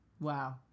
Wow